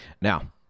Now